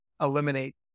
eliminate